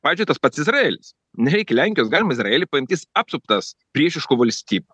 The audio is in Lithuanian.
pavyzdžiui tas pats izraelis nereikia lenkijos galima izraelį paimti jis apsuptas priešiškų valstybių